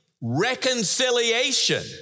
reconciliation